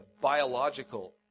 biological